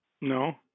No